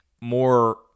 more